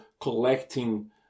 collecting